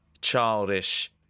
childish